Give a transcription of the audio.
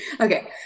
Okay